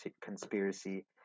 conspiracy